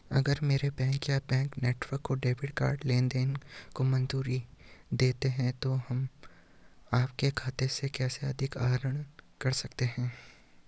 अगर मेरे बैंक या बैंक नेटवर्क को डेबिट कार्ड लेनदेन को मंजूरी देनी है तो हम आपके खाते से कैसे अधिक आहरण कर सकते हैं?